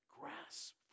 grasp